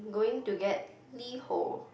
going to get LiHo